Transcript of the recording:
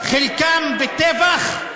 חלקם בטבח,